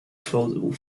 plausible